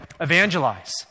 evangelize